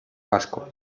vasco